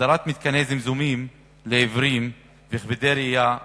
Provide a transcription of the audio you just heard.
הסדרת מתקני זמזומים לעיוורים ולכבדי ראייה בצמתים.